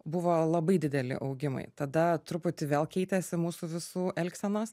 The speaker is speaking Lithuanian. buvo labai dideli augimai tada truputį vėl keitėsi mūsų visų elgsenos